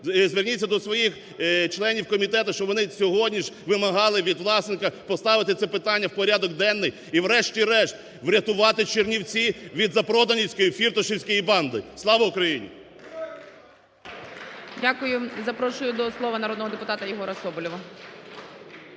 зверніться до своїх членів комітетів, щоб вони сьогодні ж вимагали від Власенка поставити це питання в порядок денний. І в решті-решт врятувати Чернівці від запроданівської фірташовської банди. Слава України! ГОЛОВУЮЧИЙ. Дякую. Запрошую до слова народного депутата Єгора Соболєва.